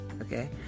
Okay